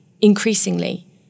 increasingly